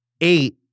Eight